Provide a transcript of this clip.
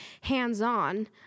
hands-on